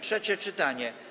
Trzecie czytanie.